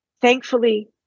Thankfully